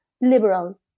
liberal